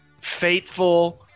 fateful